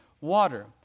water